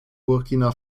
burkina